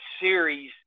series